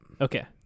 Okay